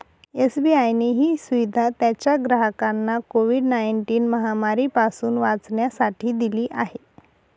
SBI ने ही सुविधा त्याच्या ग्राहकांना कोविड नाईनटिन महामारी पासून वाचण्यासाठी दिली आहे